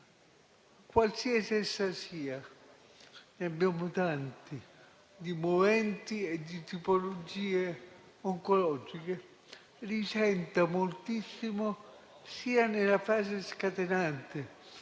qualsiasi essa sia (ne abbiamo tanti, di moventi e di tipologie oncologiche), risenta moltissimo, sia nella fase scatenante,